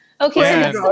Okay